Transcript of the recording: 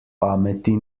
pameti